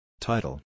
Title